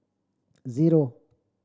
zero